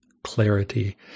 clarity